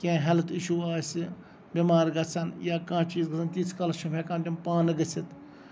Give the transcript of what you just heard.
کیٚنٛہہ health issue آسہِ بٮ۪مار گژھن یا کانہہ چیٖز گژھن تیٖتِس کالَس چھِ نہٕ تِم پانہٕ ہٮ۪کان گٔژِتھ